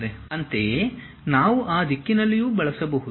ಅಂತೆಯೇ ನಾವು ಈ ದಿಕ್ಕಿನಲ್ಲಿಯೂ ಬಳಸಬಹುದು